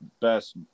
best